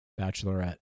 Bachelorette